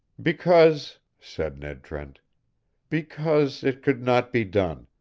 because, said ned trent because it could not be done.